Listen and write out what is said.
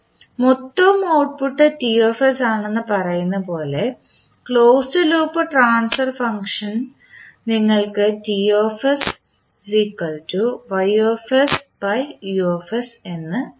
മൊത്തം ഔട്ട്പുട്ട് ആണെന്ന് പറയുന്നതുപോലെ ക്ലോസ്ഡ് ലൂപ്പ് ട്രാൻസ്ഫർ ഫംഗ്ഷൻ നിങ്ങൾക്ക് എന്ന് എഴുതാം